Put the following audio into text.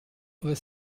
were